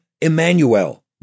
Emmanuel